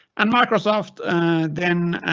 and microsoft then,